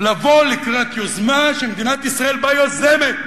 לבוא לקראת יוזמה שמדינת ישראל בה יוזמת,